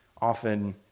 often